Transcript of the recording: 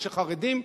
ושחרדים